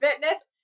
fitness